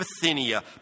Bithynia